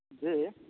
जी